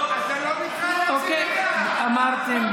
אוקיי, אמרתם.